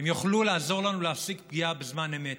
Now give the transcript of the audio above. הן יוכלו לעזור לנו להפסיק פגיעה בזמן אמת,